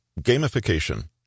Gamification